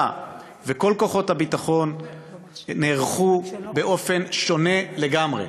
וכל כוחות הביטחון נערכו באופן שונה לגמרי.